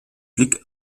blick